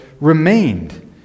remained